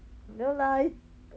you know like